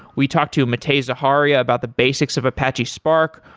we talked to matei zaharia about the basics of apache spark.